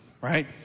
right